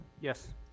Yes